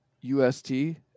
U-S-T